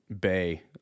bay